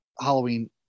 Halloween